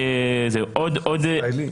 אזרח ישראלי?